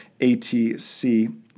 ATC